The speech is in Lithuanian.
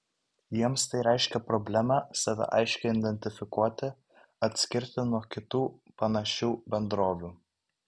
jiems tai reiškia problemą save aiškiai identifikuoti atskirti nuo kitų panašių bendrovių